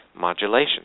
modulation